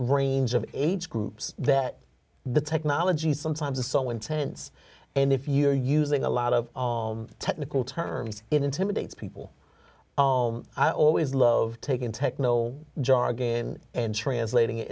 range of age groups that the technology sometimes is so intense and if you're using a lot of of technical terms it intimidates people i always love taking techno jargon and translating